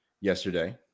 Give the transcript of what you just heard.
yesterday